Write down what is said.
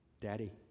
Daddy